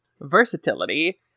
Versatility